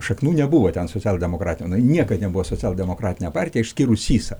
šaknų nebuvo ten socialdemokratė niekad nebuvo socialdemokratinė partija išskyrus sysą